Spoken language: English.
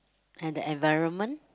and the environment